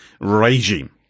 regime